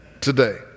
today